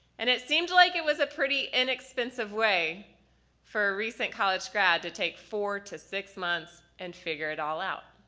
and it seemed like it was a pretty inexpensive way for a recent college grad to take four to six months and figure it all out.